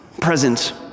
present